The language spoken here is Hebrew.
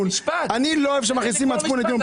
אני לא אוהב שמכניסים מצפון לדיון.